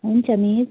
हुन्छ मिस